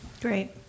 Great